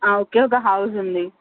okay ఒక house ఉంది